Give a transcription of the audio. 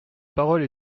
parole